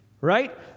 Right